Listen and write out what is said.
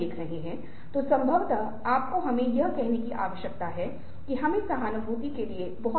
इसलिए जैसा कि मैंने आपको कुछ समय पहले मेरे एक छात्र के बारेमे बताया था जो मुझे 3 ग्राफ़ दिखाए और मैं आपके साथ इन 3 ग्राफ़ों को साझा करना चाहूंगा